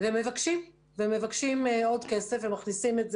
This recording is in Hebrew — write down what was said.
ומבקשים עוד כסף ומכניסים.